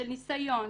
של ניסיון,